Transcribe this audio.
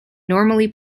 normally